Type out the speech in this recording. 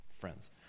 Friends